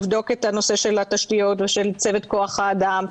לבדוק את נושא התשתיות ושל צוות כח האדם,